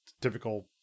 typical